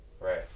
Right